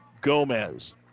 Gomez